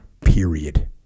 period